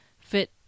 fit